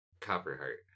Copperheart